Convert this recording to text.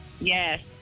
Yes